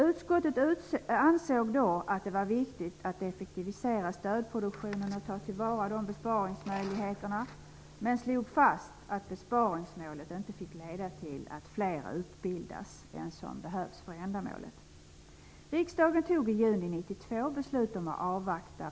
Utskottet ansåg då att det var viktigt att effektivisera stödproduktionen och att ta tillvara besparingsmöjligheterna men slog fast att besparingsmålet inte fick leda till att fler utbildades än vad som behövdes för ändamålet.